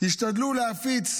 השתדלו להפיץ